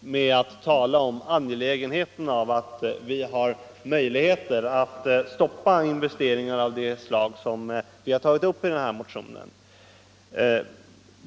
med att tala om angelägenheten av att vi har möjlighet att stoppa investeringar av de slag vi har tagit upp i motionen.